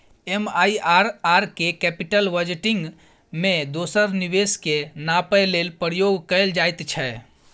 MIRR केँ capital budgeting मे दोसर निबेश केँ नापय लेल प्रयोग कएल जाइत छै